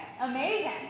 amazing